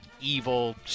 evil